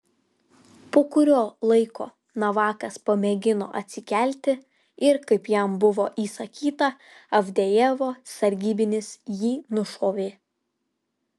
po kurio laiko navakas pamėgino atsikelti ir kaip jam buvo įsakyta avdejevo sargybinis jį nušovė